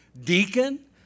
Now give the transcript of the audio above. deacon